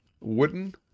wooden